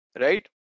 Right